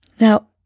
Now